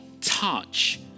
touch